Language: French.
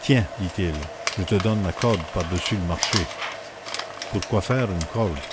tiens dit-il je te donne la corde par-dessus le marché pourquoi faire une corde